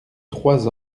trois